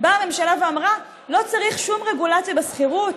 באה הממשלה ואמרה: לא צריך שום רגולציה בשכירות,